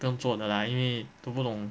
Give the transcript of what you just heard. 不用做的 lah 因为都不懂